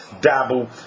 dabble